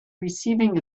receiving